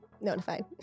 notified